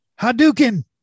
Hadouken